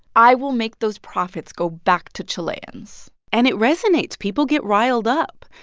i will make those profits go back to chileans and it resonates. people get riled up.